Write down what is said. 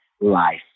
life